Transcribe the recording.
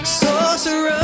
sorcerer